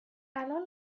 الان